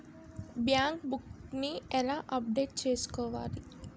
Bank book నీ ఎలా update చేసుకోవాలి?